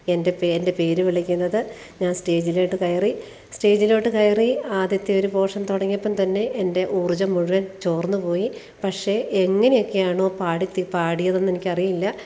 എൻ്റെ പേരിൻ്റെ പേര് വിളിക്കുന്നത് ഞാൻ സ്റ്റേജിലോട്ട് കയറി സ്റ്റേജിലോട്ട് കയറി ആദ്യത്തെ ഒരു പോർഷൻ തുടങ്ങിയപ്പം തന്നെ എൻ്റെ ഊർജം മുഴുവൻ ചോർന്ന് പോയി പക്ഷേ എങ്ങനെയൊക്കെയാണോ പാടി പാടിയതെന്ന് എനിക്കറിയില്ല